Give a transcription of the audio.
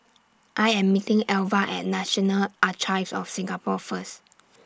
I Am meeting Alva At National Archives of Singapore First